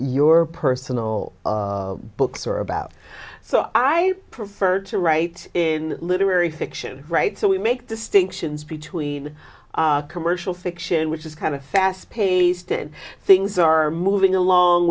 your personal books are about so i prefer to write in literary fiction right so we make distinctions between commercial fiction which is kind of fast paced and things are moving along